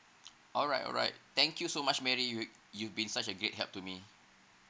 alright alright thank you so much mary you~ you been such a great help to me